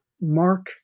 Mark